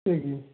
সে কী